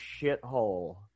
shithole